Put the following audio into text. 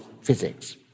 physics